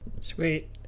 Sweet